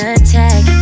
attack